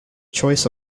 choice